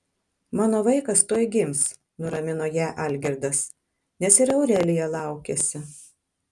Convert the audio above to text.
mano vaikas tuoj gims nuramino ją algirdas nes ir aurelija laukėsi